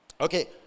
Okay